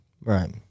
Right